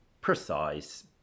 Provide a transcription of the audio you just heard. precise